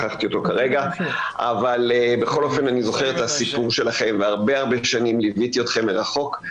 אני זוכר את הסיפור שלכם והרבה שנים ליוויתי אתכם מרחוק.